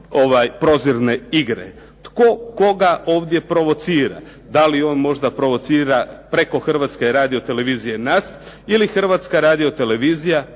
prozirne igre. Tko koga ovdje provocira? Da li on možda provocira preko Hrvatske radio-televizije nas ili Hrvatska radio-televizija